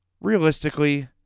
realistically